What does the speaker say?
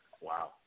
Wow